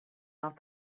not